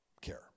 care